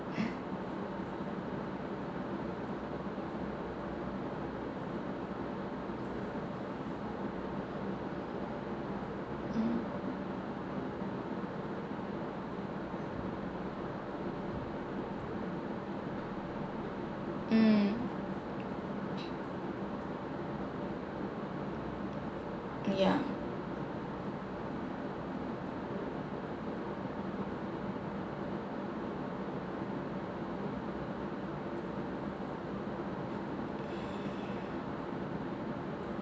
mm mm mm yeah